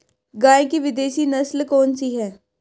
गाय की विदेशी नस्ल कौन सी है?